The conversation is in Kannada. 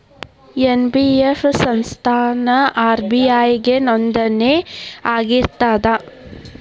ಎನ್.ಬಿ.ಎಫ್ ಸಂಸ್ಥಾ ಆರ್.ಬಿ.ಐ ಗೆ ನೋಂದಣಿ ಆಗಿರ್ತದಾ?